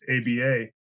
ABA